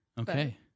Okay